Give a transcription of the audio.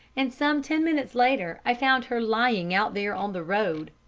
and some ten minutes later i found her lying out there on the road.